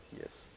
Yes